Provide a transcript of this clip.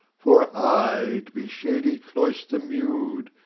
for aye to be shady cloister mew'd,